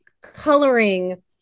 coloring